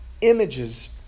images